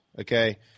okay